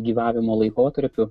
gyvavimo laikotarpiu